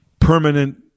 permanent